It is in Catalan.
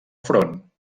front